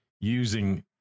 using